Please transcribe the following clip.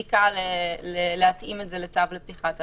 מצדיקה להתאים את זה לצו לפתיחת הליכים.